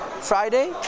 Friday